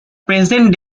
present